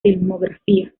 filmografía